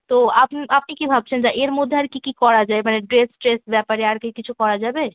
তো আপ আপনি কি ভাবছেন যা এর মধ্যে আর কী কী করা যায় মানে ড্রেস ট্রেস ব্যাপারে আর কি কিছু করা যাবে